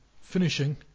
finishing